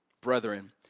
brethren